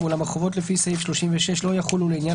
ואולם החובות לפי סעיף 36 לא יחולו לעניין